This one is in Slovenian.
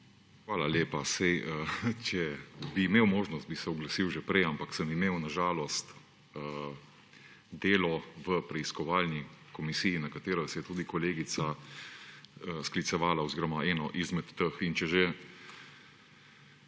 Hvala lepa. Če bi imel možnost, bi se oglasil že prej, ampak sem imel na žalost delo v preiskovalni komisiji, na katero se je tudi kolegica sklicevala, oziroma eno izmed teh. Če že